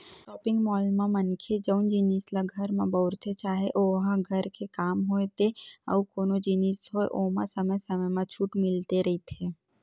shopping mall म मनखे जउन जिनिस ल घर म बउरथे चाहे ओहा घर के काम होय ते अउ कोनो जिनिस होय ओमा समे समे म छूट मिलते रहिथे